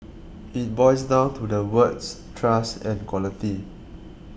it boils down to the words trust and quality